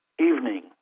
evening